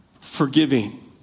Forgiving